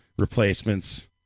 replacements